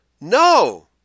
No